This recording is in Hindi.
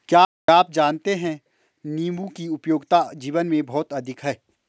क्या आप जानते है नीबू की उपयोगिता जीवन में बहुत अधिक है